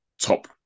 top